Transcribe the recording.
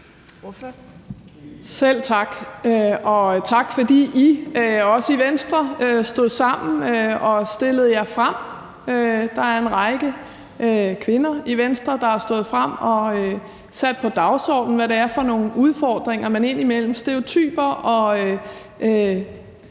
Selv tak, og tak fordi I også i Venstre stod sammen og stillede jer frem. Der er en række kvinder i Venstre, der er stået frem og har sat på dagsordenen, hvad det er for nogle udfordringer – i forhold til stereotyper og